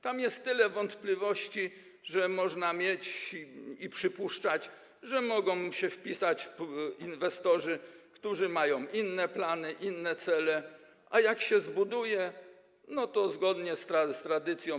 Tam jest tyle wątpliwości, że można przypuszczać, że mogą się w to wpisać inwestorzy, którzy mają inne plany, inne cele, a jak się zbuduje, to zgodnie z naszą tradycją.